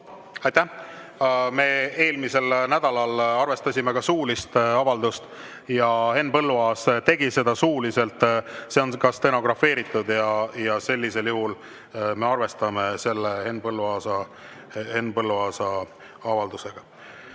Aitäh! Me eelmisel nädalal arvestasime ka suulist avaldust. Henn Põlluaas tegi seda suuliselt, see on ka stenografeeritud ja me arvestame Henn Põlluaasa avaldusega.